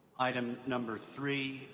item number three,